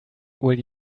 will